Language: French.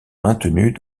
maintenues